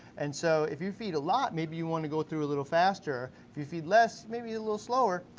and so if you feed a lot, maybe you want to go through a little faster. if you feed less, maybe a little slower,